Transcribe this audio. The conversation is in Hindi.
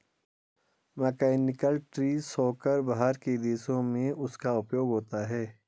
मैकेनिकल ट्री शेकर बाहर के देशों में उसका उपयोग होता है